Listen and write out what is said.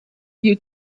you